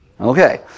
Okay